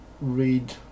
Read